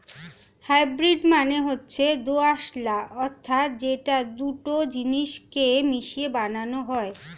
hybrid মানে হচ্ছে দোআঁশলা অর্থাৎ যেটা দুটো জিনিস কে মিশিয়ে বানানো হয়